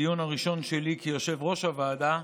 בדיון הראשון שלי כיושב-ראש הוועדה,